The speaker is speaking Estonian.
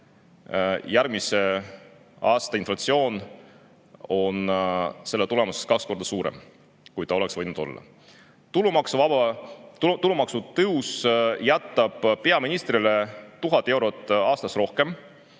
järgmise aasta inflatsioon on selle tulemusel kaks korda suurem, kui ta oleks võinud olla. Tulumaksuvaba [miinimumi] tõus jätab peaministrile 1000 eurot aastas rohkem